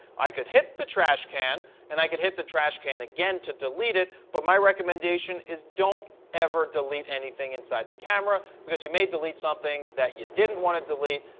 i could hit the trash can and i could the trash can again to delete it, but my recommendation is don't ever delete anything inside the camera because you may delete something that you didn't want to delete.